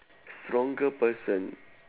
stronger person